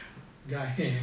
guy